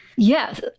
Yes